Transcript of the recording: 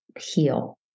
heal